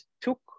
took